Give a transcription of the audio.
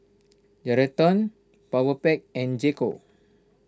Geraldton Powerpac and J Co